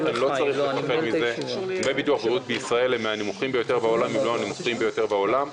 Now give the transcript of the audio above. דמי ביטוח בריאות בישראל הם מהנמוכים בעולם אם לא הנמוכים ביותר בעולם,